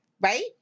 right